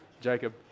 Jacob